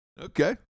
Okay